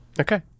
Okay